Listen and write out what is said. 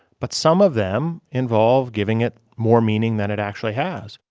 but some of them involve giving it more meaning than it actually has